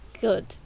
good